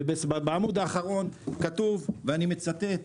ובעמוד האחרון כתוב אני מצטט